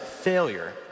failure